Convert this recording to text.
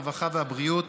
הרווחה והבריאות